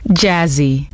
jazzy